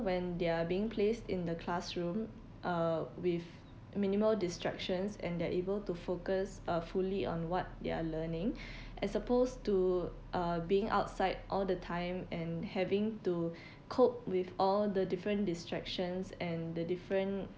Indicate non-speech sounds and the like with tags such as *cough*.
when they're being placed in the classroom uh with minimal distractions and they're able to focus uh fully on what they're learning *breath* as opposed to uh being outside all the time and having to *breath* cope with all the different distractions and the different